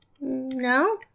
No